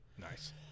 Nice